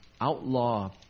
outlaw